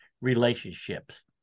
relationships